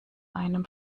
einem